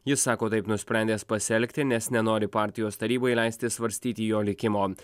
jis sako taip nusprendęs pasielgti nes nenori partijos taryboj leisti svarstyti jo likimo